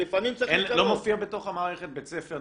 לא מופיע בתוך המערכת בית ספר,